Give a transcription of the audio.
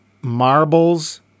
marbles